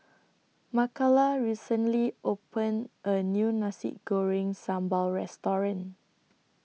Makala recently opened A New Nasi Goreng Sambal Restaurant